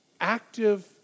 active